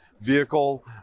vehicle